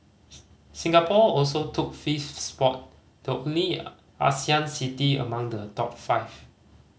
Singapore also took fifth spot the only Asian city among the top five